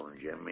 Jimmy